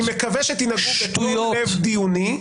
אני מקווה שתנהגו בתום לב דיוני.